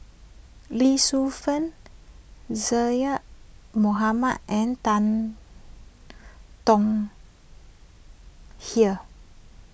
Lee Shu Fen Zaqy Mohamad and Tan Tong Hye